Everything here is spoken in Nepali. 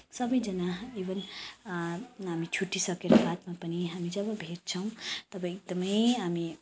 सबैजना इभन हामी छुट्टिसकेको बादमा हामी जब भेट्छौँ तब एकदमै हामी